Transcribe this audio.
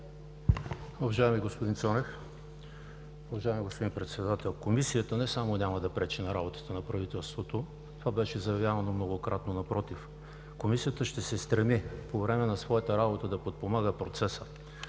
Уважаеми господин Цонев, уважаеми господин Председател! Комисията не само няма да пречи на работата на правителството, това беше заявявано многократно, напротив – Комисията ще се стреми по време на своята работа да подпомага процеса.